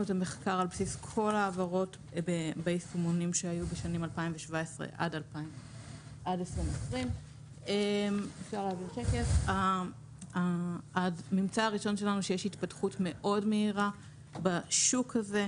את המחקר על בסיס כול ההעברות ביישומונים שהיו ב-2017 עד 2020. הממצא הראשון שלנו הוא שיש התפתחות מאוד מהירה בשוק הזה.